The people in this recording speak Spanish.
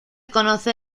conoce